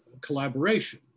collaboration